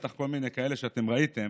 ובטח כל מיני כאלה שאתם ראיתם,